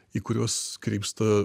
į kuriuos krypsta